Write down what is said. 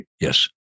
Yes